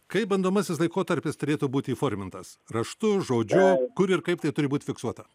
kaip bandomasis laikotarpis turėtų būti įformintas raštu žodžiu kur ir kaip tai turi būti fiksuota